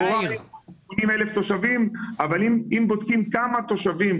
לכאורה יש 70,000 תושבים אבל אם בודקים כמה תושבים,